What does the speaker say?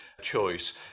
choice